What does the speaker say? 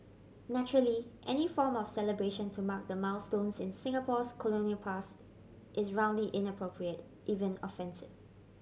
naturally any form of celebration to mark the milestones in Singapore's colonial past is roundly inappropriate even offensive